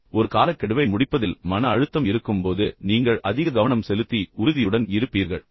ஆனால் ஒரு காலக்கெடுவை முடிப்பதில் மன அழுத்தம் இருக்கும்போது நீங்கள் அதிக கவனம் செலுத்தி உறுதியுடன் இருப்பீர்கள்